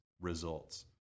results